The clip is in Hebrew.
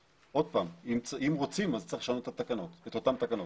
אם רוצים אז צריך לשנות את התקנות, את אותם תקנות.